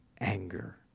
anger